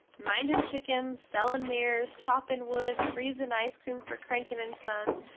mindin chickins, selling mirrors, choppin wood, frezin ice-cream fer crankit and sons,